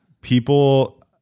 People